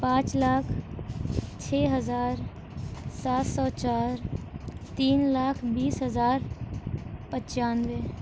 پانچ لاکھ چھ ہزار سات سو چار تین لاکھ بیس ہزار پچانوے